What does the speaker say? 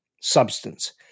substance